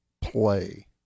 play